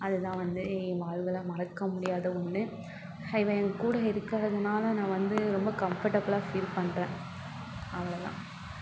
அதுதான் வந்து என் வாழ்வுல மறக்க முடியாத ஒன்று இவள் என் கூட இருக்கிறதுனால நான் வந்து ரொம்ப கம்ஃபர்டபிளாக ஃபீல் பண்ணுறேன் அவ்வளோதான்